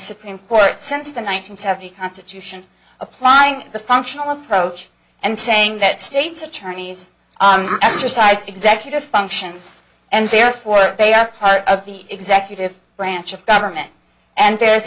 supreme court since the one nine hundred seventy constitution applying the functional approach and saying that states attorneys exercise executive functions and therefore they are part of the executive branch of government and there